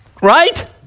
Right